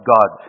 God